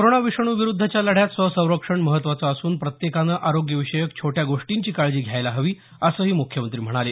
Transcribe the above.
corona विषाणू विरुद्धच्या लढ्यात स्वसंरक्षण महत्वाचं असून प्रत्येकानं आरोग्याविषयक छोट्या गोष्टींची काळजी घ्यायला हवी असंही मुख्यमंत्री म्हणाले